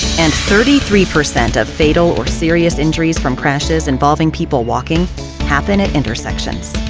and thirty three percent of fatal or serious injuries from crashes involving people walking happen at intersections.